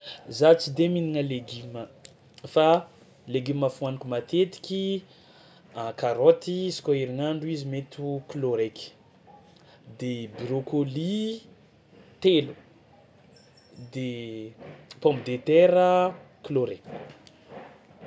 Za tsy de mihinagna legioma fa legioma fohaniko matetiky a karaoty izy kôa herignandro izy mety ho kilao raiky de brocoli telo de pomme de terre kilao raiky.